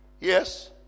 Yes